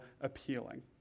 appealing